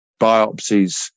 biopsies